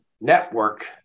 network